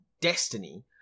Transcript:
destiny